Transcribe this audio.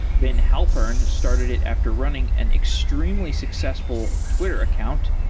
ben halpern started it after running an extremely successful twitter account,